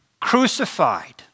Crucified